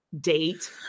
Date